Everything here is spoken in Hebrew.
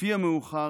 לפי המאוחר,